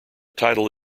title